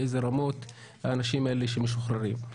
באיזה רמות האנשים האלה שמשוחררים.